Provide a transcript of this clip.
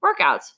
workouts